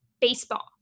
baseball